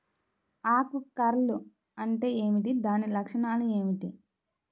ఆకు కర్ల్ అంటే ఏమిటి? దాని లక్షణాలు ఏమిటి?